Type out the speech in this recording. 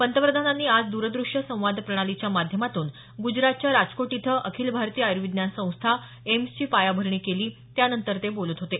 पंतप्रधानांनी आज द्रद्रश्य संवाद प्रणालीच्या माध्यमातून गुजरातच्या राजकोट इथं अखिल भारतीय आयुर्विज्ञान संस्था एम्सची पायाभरणी केली त्यानंतर ते बोलत होते